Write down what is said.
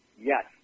yes